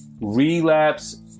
relapse